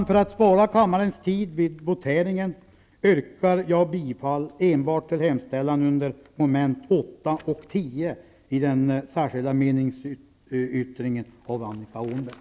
För att spara kammarens tid vid voteringen yrkar jag bifall enbart till hemställan under mom. 8 och 10 i den särskilda meningsyttringen av Annika Åhnberg.